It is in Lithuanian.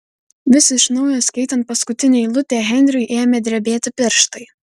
vis iš naujo skaitant paskutinę eilutę henriui ėmė drebėti pirštai